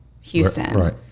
Houston